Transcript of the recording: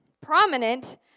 prominent